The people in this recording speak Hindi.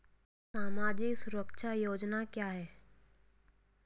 सामाजिक सुरक्षा योजना क्या है?